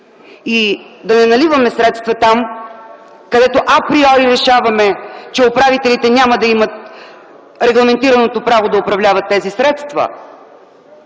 и да не наливаме средства там, където априори решаваме, че управителите няма да имат регламентираното право да управляват тези средства!